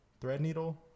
Threadneedle